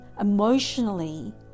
emotionally